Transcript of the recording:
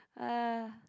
uh